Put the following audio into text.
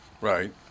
Right